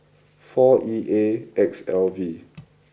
four E A X L V